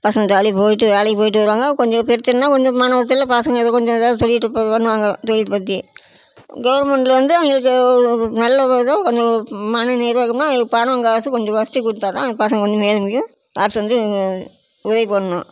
பசங்க ஜாலியாக போய்விட்டு வேலைக்கு போய்விட்டு வருவாங்க கொஞ்சம் பிரச்சனைன்னா கொஞ்சம் மன உளச்சல்ல பசங்க ஏதோ கொஞ்சம் ஏதாவது சொல்லிவிட்டு இப்போ பண்ணுவாங்க பற்றி கவர்மெண்ட்ல வந்து அவங்களுக்கு நல்ல ஒரு கொஞ்சம் மனநிறைவுன்னா இப்போ பணம் காசு கொஞ்சம் உசத்தி கொடுத்தா தான் பசங்க வந்து முன்னேற முடியும் அரசு வந்து உதவி பண்ணணும்